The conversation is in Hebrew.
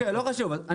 אני